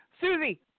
Susie